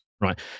Right